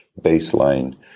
baseline